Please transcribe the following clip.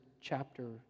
chapter